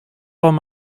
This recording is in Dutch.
van